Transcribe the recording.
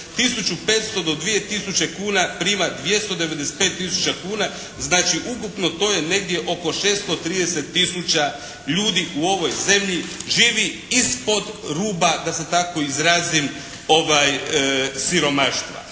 1500 do 2000 kuna prima 295000 kuna. Znači, ukupno to je negdje oko 630000 ljudi u ovoj zemlji živi ispod ruba da se tako izrazim siromaštva.